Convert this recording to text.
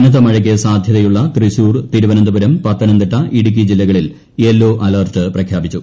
കനത്ത മഴയ്ക്ക് സാധ്യതയുള്ള തൃശ്ശൂർ തിരുവനന്തപുരം പത്തനംതിട്ട ഇടുക്കി ജില്ലകളിൽ യെല്ലോ അലർട്ട് പ്രഖ്യാപിച്ചു